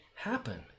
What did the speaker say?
happen